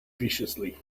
viciously